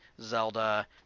Zelda